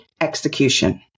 execution